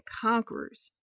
conquerors